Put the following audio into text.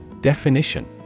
Definition